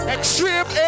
Extreme